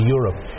Europe